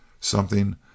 Something